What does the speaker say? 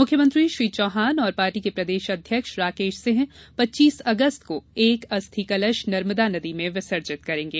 मुख्यमंत्री श्री चौहान और पार्टी के प्रदेश अध्यक्ष राकेश सिंह पच्चीस अगस्त को एक अस्थि कलश नर्मदा नदी में विसर्जित करेंगे